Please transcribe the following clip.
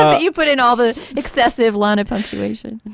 um you put in all the excessive line of punctuation